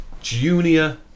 junior